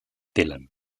dylan